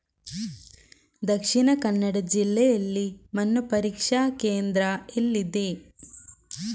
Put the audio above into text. ದಕ್ಷಿಣ ಕನ್ನಡ ಜಿಲ್ಲೆಯಲ್ಲಿ ಮಣ್ಣು ಪರೀಕ್ಷಾ ಕೇಂದ್ರ ಎಲ್ಲಿದೆ?